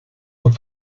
were